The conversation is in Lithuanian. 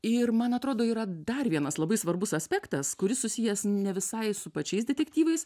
ir man atrodo yra dar vienas labai svarbus aspektas kuris susijęs ne visai su pačiais detektyvais